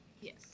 Yes